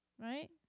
Right